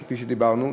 כפי שאמרנו,